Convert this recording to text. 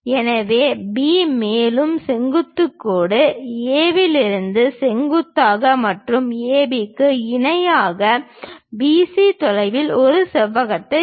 எனவே B மேலும் செங்குத்து கோடு A இலிருந்து செங்குத்தாக மற்றும் AB க்கு இணையாக BC தொலைவில் இந்த செவ்வகத்தை வரையவும்